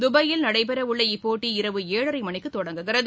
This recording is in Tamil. துபாயில் நடைபெறவுள்ள இப்போட்டி இரவு ஏழரை மணிக்கு தொடங்குகிறது